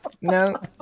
no